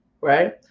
Right